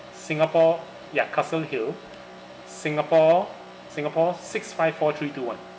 singapore ya castle hill singapore singapore six five four three two one